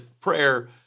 prayer